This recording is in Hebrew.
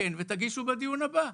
תתקן ותגישו בדיון הבא.